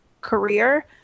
career